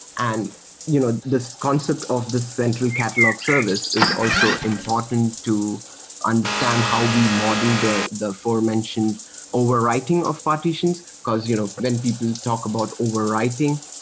and you know this concept of the central catalog service is also important to understand how we model the the four mentioned overwriting of partitions, because you know when people talk about overwriting,